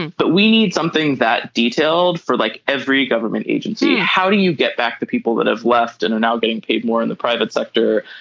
but we need something that detailed for like every government agency. how do you get back the people that have left and are now getting paid more in the private sector.